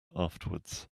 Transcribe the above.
afterwards